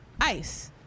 ice